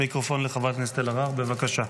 מיקרופון לחברת הכנסת אלהרר, בבקשה.